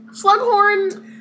Slughorn